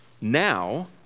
Now